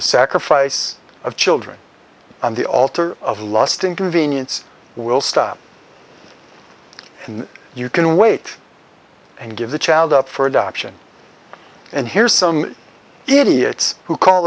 sacrifice of children on the altar of lusting convenience will stop and you can wait and give the child up for adoption and here's some idiots who call